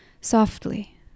softly